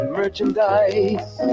merchandise